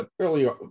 earlier